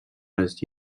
les